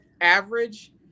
average